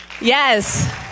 yes